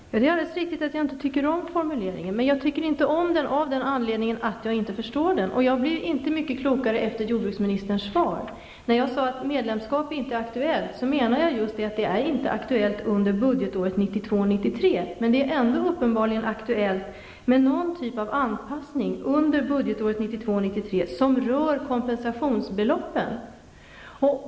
Fru talman! Det är alldeles riktigt att jag inte tycker om formuleringen, och det beror på att jag inte förstår den. Jag blir inte mycket klokare efter jordbruksministerns svar. När jag sade att medlemskap inte är aktuellt menade jag just att det inte är aktuellt under budgetåret 1992/93, men det är uppenbarligen aktuellt med någon typ av anpassning under det budgetåret som rör kompensationsbeloppet.